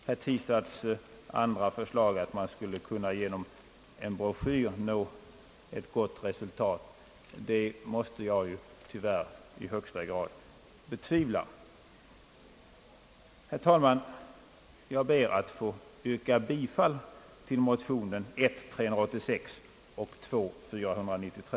Herr Tistads andra förslag, att man skulle kunna genom en broschyr nå ett gott resultat, måste jag tyvärr i högsta grad betvivla. Herr talman! Jag ber att få yrka bifall till motionerna nr I:386 och II: 493.